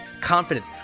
confidence